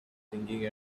singing